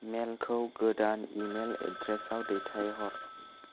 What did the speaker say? मेलखौ गोदान इमेल एड्रेसाव दैथायहर